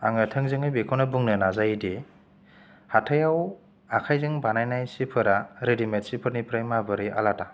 आङो थोंजोङै बेखौनो बुंनो नाजायोदि हाथायाव आखायजों बानायनाय सिफोरा रेदिमेद सिफोरनिफ्राय माबोरै आलादा